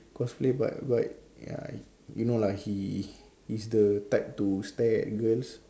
cosplay but but ya you know lah he he's the type to stare at girls